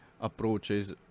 approaches